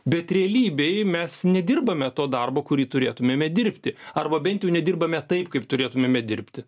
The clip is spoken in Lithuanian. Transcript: bet realybėj mes nedirbame to darbo kurį turėtumėme dirbti arba bent jau nedirbame taip kaip turėtumėme dirbti